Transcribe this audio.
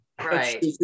right